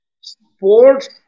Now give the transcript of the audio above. sports